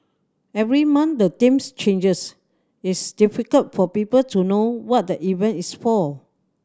every month the themes changes it's difficult for people to know what the event is for